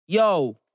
Yo